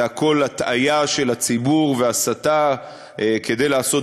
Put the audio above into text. זה הכול הטעיה של הציבור והסתה כדי לעשות